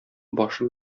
башым